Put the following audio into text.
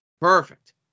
Perfect